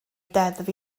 deddf